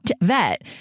vet